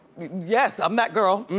yes, i'm that girl.